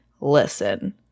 listen